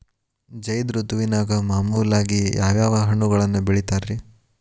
ಝೈದ್ ಋತುವಿನಾಗ ಮಾಮೂಲಾಗಿ ಯಾವ್ಯಾವ ಹಣ್ಣುಗಳನ್ನ ಬೆಳಿತಾರ ರೇ?